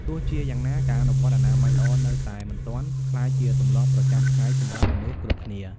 ទោះជាយ៉ាងណា ការអនុវត្តអនាម័យល្អនៅតែមិនទាន់ក្លាយជាទម្លាប់ប្រចាំថ្ងៃសម្រាប់មនុស្សគ្រប់គ្នា។